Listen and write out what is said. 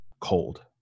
cold